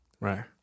Right